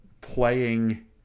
playing